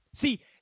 See